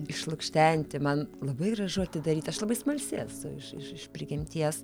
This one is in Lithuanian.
išlukštenti man labai gražu atidaryt aš labai smalsi esu iš iš prigimties